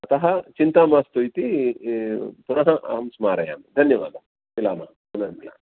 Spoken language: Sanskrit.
अतः चिन्ता मास्तु इति पुनः अहं स्मारयामि धन्यवादः मिलामः पुनर्मिलामः